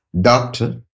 doctor